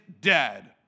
dead